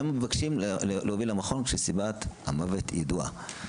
הם מבקשים להוביל למכון כשסיבת המוות ידועה.